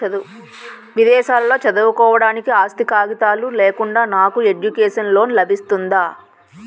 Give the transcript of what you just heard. విదేశాలలో చదువుకోవడానికి ఆస్తి కాగితాలు లేకుండా నాకు ఎడ్యుకేషన్ లోన్ లబిస్తుందా?